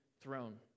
throne